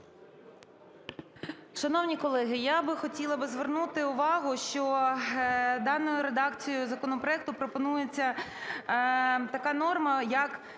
Шановні колеги, я би хотіла звернути увагу, що даною редакцією законопроекту пропонується така норма, як